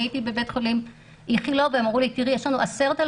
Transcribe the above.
אני הייתי בבית החולים איכילוב והם אמרו לי שיש להם